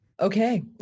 Okay